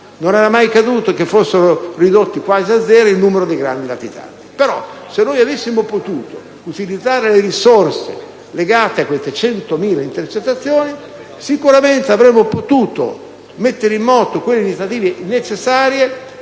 Mai era accaduto che fosse ridotto quasi a zero il numero dei grandi latitanti. Però, se noi avessimo potuto impiegare le risorse legate a queste 100.000 intercettazioni, sicuramente avremmo potuto mettere in moto quelle iniziative necessarie